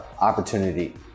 opportunity